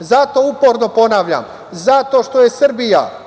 Zato uporno ponavljam – zato što je Srbija